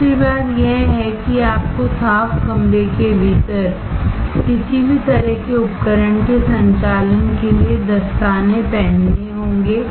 दूसरी बात यह है कि आपको साफ कमरे के भीतर किसी भी तरह के उपकरण के संचालन के लिए दस्ताने पहनने होंगे